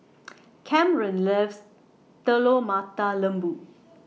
Camren loves Telur Mata Lembu